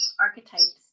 archetypes